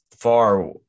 far